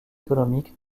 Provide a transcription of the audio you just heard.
économique